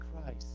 Christ